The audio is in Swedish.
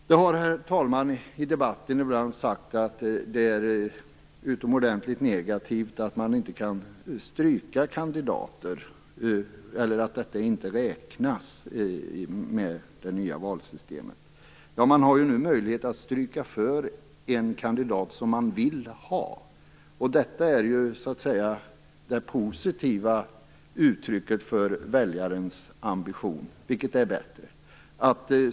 Herr talman! Det har i debatten ibland sagts att det är utomordentligt negativt att man inte kan stryka kandidater, och att detta inte räknas i det nya valsystemet. Nu har väljaren möjlighet att markera en kandidat som han vill ha. Detta är det positiva uttrycket för väljarens ambition, vilket ju är bättre.